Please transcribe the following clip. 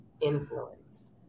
influence